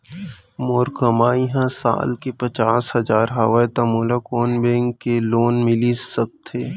मोर कमाई ह साल के पचास हजार हवय त मोला कोन बैंक के लोन मिलिस सकथे?